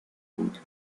بود